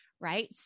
right